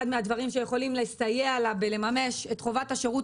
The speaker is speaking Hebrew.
אחד הדברים שיכולים לסייע לה בשביל לממש את חובת השירות